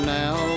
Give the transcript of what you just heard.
now